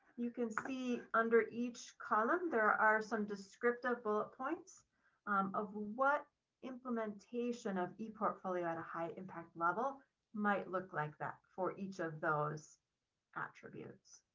you can see under each column, there are some descriptive bullet points of what implementation of a portfolio at a high impact level might look like that for each of those attributes.